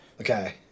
Okay